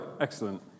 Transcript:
Excellent